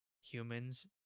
humans